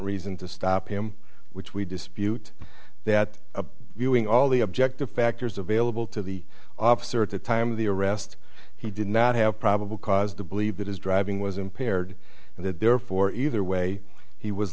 reason to stop him which we dispute that a viewing all the objective factors available to the officer at the time of the arrest he did not have probable cause to believe that his driving was impaired and that therefore either way he was